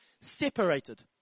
separated